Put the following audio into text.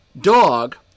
dog